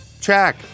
Check